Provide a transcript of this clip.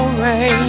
rain